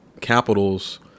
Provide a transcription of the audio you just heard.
capitals